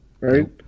right